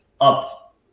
up